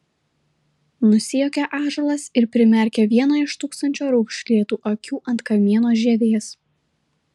nusijuokė ąžuolas ir primerkė vieną iš tūkstančio raukšlėtų akių ant kamieno žievės